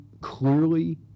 clearly